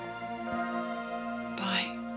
Bye